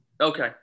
Okay